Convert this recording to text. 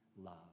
love